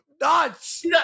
nuts